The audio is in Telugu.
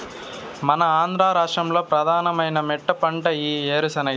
మన ఆంధ్ర రాష్ట్రంలో ప్రధానమైన మెట్టపంట ఈ ఏరుశెనగే